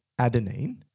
adenine